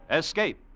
Escape